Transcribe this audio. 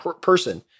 person